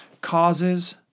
causes